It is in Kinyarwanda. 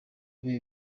bihe